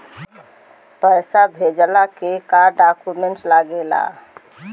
पैसा भेजला के का डॉक्यूमेंट लागेला?